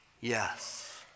Yes